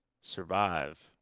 survive